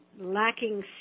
lacking